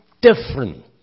different